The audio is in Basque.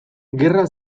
gerra